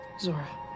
zora